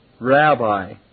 Rabbi